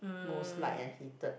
most liked and hated